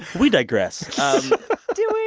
we digress do